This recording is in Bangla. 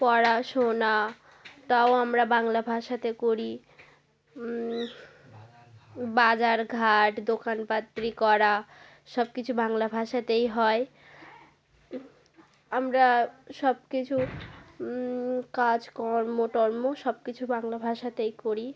পড়াশোনা তাও আমরা বাংলা ভাষাতে করি বাজার ঘাট দোকানপত্র করা সব কিছু বাংলা ভাষাতেই হয় আমরা সব কিছু কাজকর্ম টর্ম সব কিছু বাংলা ভাষাতেই করি